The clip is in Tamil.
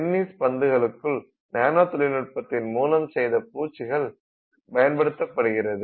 டென்னிஸ் பந்துகளுக்குள் நானோ தொழில்நுட்பத்தின் மூலம் செய்த பூச்சுக்கள் பயன்ப்படுத்தப்படுகிறது